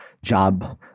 job